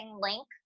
link